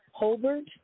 Holbert